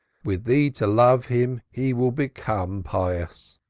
with thee to love him, he will become pious.